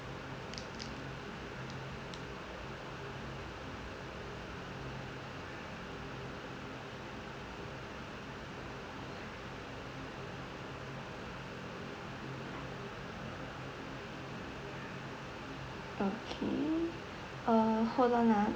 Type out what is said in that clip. okay uh hold on ah